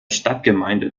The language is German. stadtgemeinde